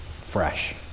fresh